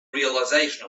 realization